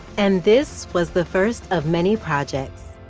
and this was the first of many projects.